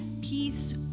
peace